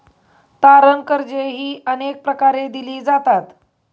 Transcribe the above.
तारण कर्जेही अनेक प्रकारे दिली जातात